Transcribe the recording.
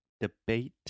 debate